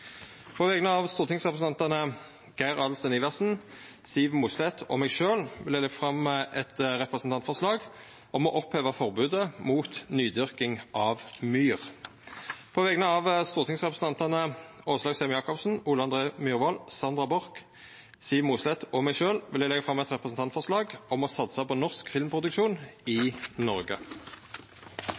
På vegner av stortingsrepresentantane Geir Adelsten Iversen, Siv Mossleth og meg sjølv vil eg leggja fram eit representantforslag om å oppheva forbodet mot nydyrking av myr. På vegner av stortingsrepresentantane Åslaug Sem-Jacobsen, Ole André Myhrvold, Sandra Borch, Siv Mossleth og meg sjølv vil eg leggja fram eit representantforslag om å satsa på norsk filmproduksjon, i Noreg.